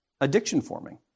addiction-forming